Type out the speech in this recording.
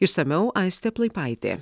išsamiau aistė plaipaitė